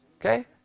Okay